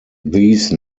these